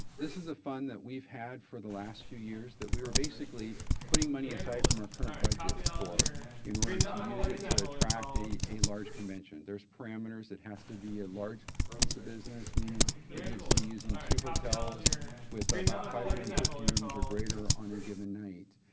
this is a fund that we've had for the last few years that we were basically putting money aside from our current budget for in order to use it to attract a a large convention. there's parameters it has to be a large piece of business, meaning it needs to be using two hotels with about five hundred and fifty rooms or greater on a given night.